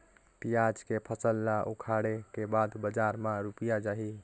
पियाज के फसल ला उखाड़े के बाद बजार मा रुपिया जाही?